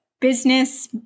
business